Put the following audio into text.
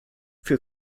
für